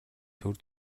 түр